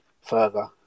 further